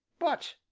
but,